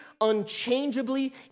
unchangeably